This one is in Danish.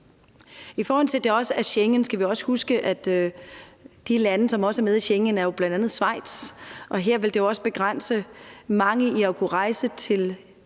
I forhold til Schengen skal man også huske på, at et land, som også er med i Schengen, jo bl.a. er Schweiz, og her vil det jo også begrænse mange i at kunne rejse til